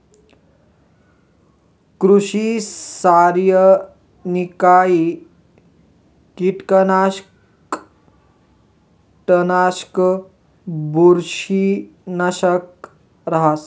कृषि रासायनिकहाई कीटकनाशक, तणनाशक, बुरशीनाशक रहास